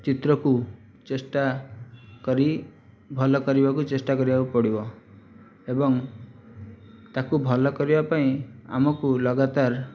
ଚିତ୍ରକୁ ଚେଷ୍ଟା କରି ଭଲ କରିବାକୁ ଚେଷ୍ଟା କରିବାକୁ ପଡ଼ିବ ଏବଂ ତାକୁ ଭଲ କରିବା ପାଇଁ ଆମକୁ ଲଗାତାର